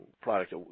product